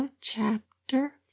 chapter